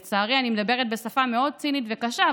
לצערי אני מדברת בשפה מאוד צינית וקשה,